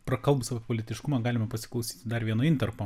prakalbus apie politiškumą galima pasiklausyti dar vieno intarpo